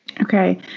Okay